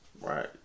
Right